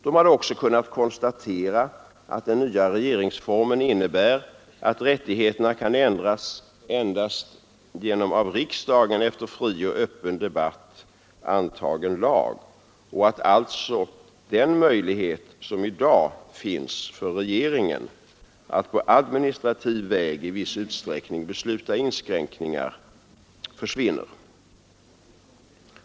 De hade också kunnat konstatera att den nya regeringsformen innebär att rättigheterna kan ändras endast genom av riksdagen efter fri och öppen debatt antagen lag och att alltså den möjlighet som i dag finns för regeringen att på administrativ väg i viss utsträckning besluta inskränkningar försvinner.